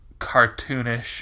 cartoonish